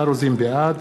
בעד